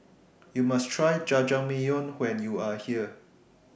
YOU must Try Jajangmyeon when YOU Are here